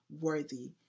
worthy